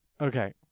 okay